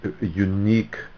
unique